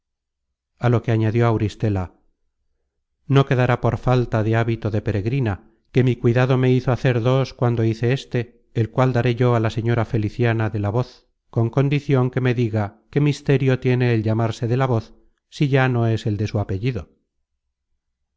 á lo que añadió auristela no quedará por falta de hábito de peregrina que mi cuidado me hizo hacer dos cuando hice éste el cual daré yo á la señora feliciana de la voz con condicion que me diga qué misterio tiene el llamarse de la voz si ya no es el de su apellido